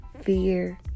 fear